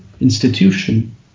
institution